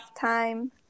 time